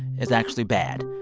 is actually bad,